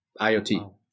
IoT